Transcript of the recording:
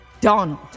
Donald